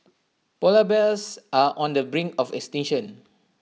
Polar Bears are on the brink of extinction